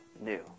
new